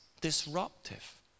disruptive